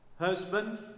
Husband